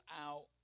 out